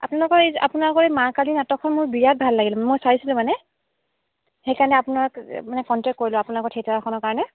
আপোনালোকৰ এই আপোনালোকৰ এই মা কালী নাটকখন মোৰ বিৰাট ভাল লাগিল মই চাইছিলোঁ মানে সেইকাৰণে আপোনাক মানে কণ্টেক্ট কৰিলোঁ আপোনালোকৰ থিয়েটাৰখনৰ কাৰণে